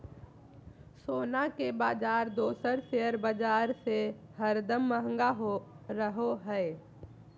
सोना के बाजार दोसर शेयर बाजार से हरदम महंगा रहो हय